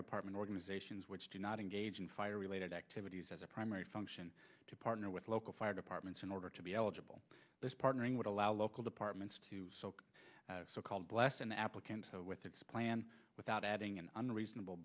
department organizations which do not engage in fire related activities as a primary function to partner with local fire departments in order to be eligible partnering would allow local departments to soak so called bless an applicant with its plan without adding an unreasonable